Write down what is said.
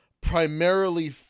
primarily